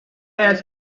else